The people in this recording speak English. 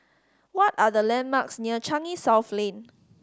what are the landmarks near Changi South Lane